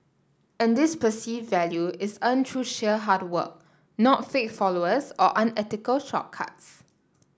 and this perceived value is earned through sheer hard work not fake followers or unethical shortcuts